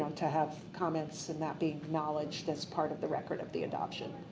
to have comments and that being acknowledged as part of the record of the adaption.